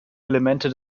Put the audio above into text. elemente